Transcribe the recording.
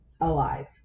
alive